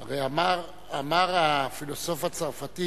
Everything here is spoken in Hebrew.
הרי אמר הפילוסוף הצרפתי